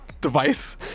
device